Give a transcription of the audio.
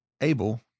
Abel